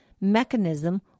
mechanism